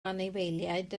anifeiliaid